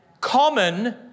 common